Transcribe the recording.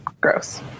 Gross